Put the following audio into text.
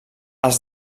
els